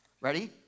ready